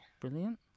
Brilliant